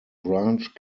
branch